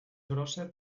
grossa